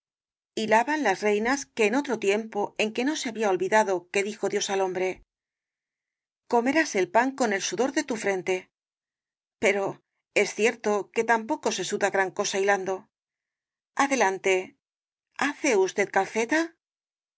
también hilaban las reinas en rosalía de castro otro tiempo en que no se había olvidado que dijo dios al hombre comerás el pan con el sudor de tu frente pero es cierto que tampoco se suda gran cosa hilando adelante hace usted calceta